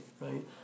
right